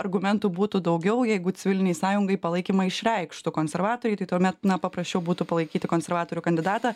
argumentų būtų daugiau jeigu civilinei sąjungai palaikymą išreikštų konservatoriai tai tuomet na paprasčiau būtų palaikyti konservatorių kandidatą